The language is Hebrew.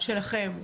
שלכם.